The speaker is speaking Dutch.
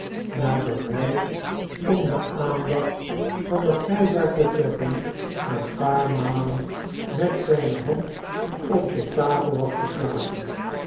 nadat hij om de aandacht van den grijsaard te trekken een paar malen met zijne hand op de tafel had geslagen